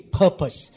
purpose